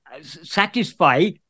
satisfy